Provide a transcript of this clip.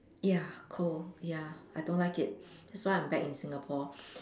ya cold ya I don't like it that's why I am back in Singapore